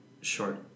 short